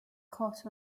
caught